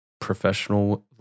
professional